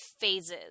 phases